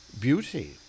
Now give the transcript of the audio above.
beauty